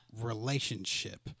relationship